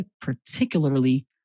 particularly